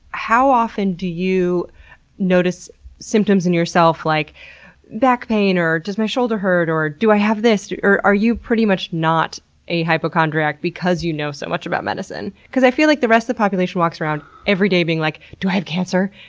how often do you notice symptoms in yourself like back pain, or does my shoulder hurt, or do i have this, or are you pretty much not a hypochondriac because you know so much about medicine? cause i feel like the rest of the population walks around every day being like, do i have cancer?